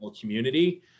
community